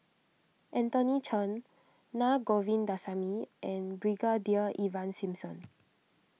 Anthony Chen Naa Govindasamy and Brigadier Ivan Simson